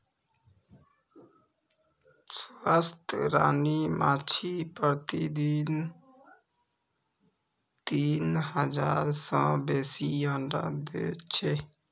स्वस्थ रानी माछी प्रतिदिन तीन हजार सं बेसी अंडा दै छै